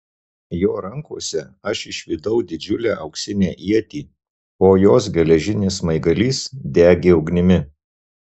jo rankose aš išvydau didžiulę auksinę ietį o jos geležinis smaigalys degė ugnimi